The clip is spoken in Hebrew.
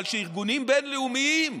אבל כשארגונים בין-לאומיים,